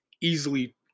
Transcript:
easily